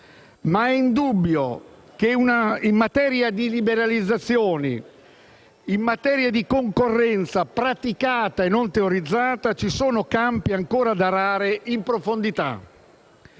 Ma è indubbio che, in materia di liberalizzazioni e di concorrenza praticata e non terrorizzata, ci sono campi ancora da arare in profondità.